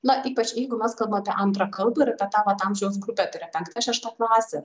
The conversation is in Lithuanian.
na ypač jeigu mes kalbam apie antrą kalbą ir apie tą vat amžiaus grupę tai yra penkta šešta klasė